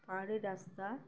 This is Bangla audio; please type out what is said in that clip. পাহাড়ের রাস্তা